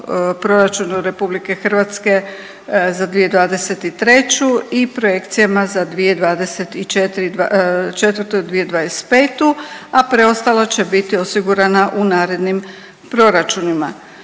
proračunu RH za 2023. i projekcijama za 2024., 2025., a preostala će biti osigurana u narednim proračunima.